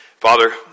Father